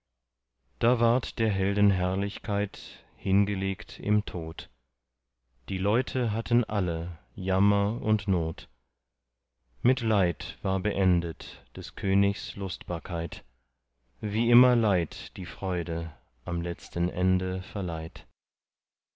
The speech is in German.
da war der helden herrlichkeit hingelegt im tod die leute hatten alle jammer und not mit leid war beendet des königs lustbarkeit wie immer leid die freude am letzten ende verleiht